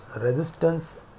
resistance